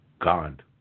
God